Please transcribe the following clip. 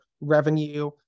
revenue